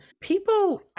People